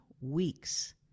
weeks